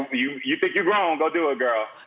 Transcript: you you think you're grown, and go do a girl.